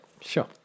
Sure